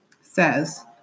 says